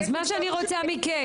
אז מה שאני רוצה מכם.